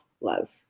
love